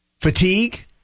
fatigue